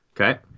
Okay